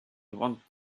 want